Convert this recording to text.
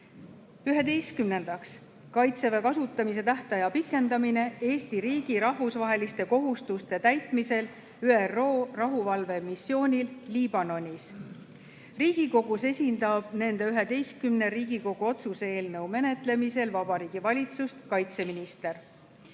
"Kaitseväe kasutamise tähtaja pikendamine Eesti riigi rahvusvaheliste kohustuste täitmisel ÜRO rahuvalvemissioonil Liibanonis". Riigikogus esindab nende 11 Riigikogu otsuse eelnõu menetlemisel Vabariigi Valitsust kaitseminister.